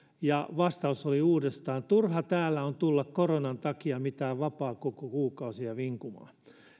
ja vastaus oli uudestaan turha täällä on tulla koronan takia mitään vapaakuukausia vinkumaan